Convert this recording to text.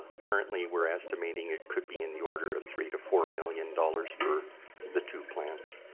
currently we're estimating it could be in the order of three to four million dollars for the two plants.